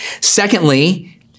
Secondly